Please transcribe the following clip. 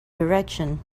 direction